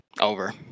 over